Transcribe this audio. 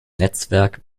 netzwerk